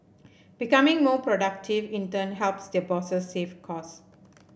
becoming more productive in turn helps their bosses save cost